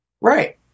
Right